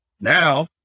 now